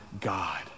God